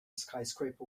skyscraper